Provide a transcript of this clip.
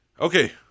Okay